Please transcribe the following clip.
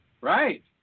Right